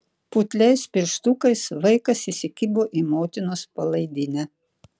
putliais pirštukais vaikas įsikibo į motinos palaidinę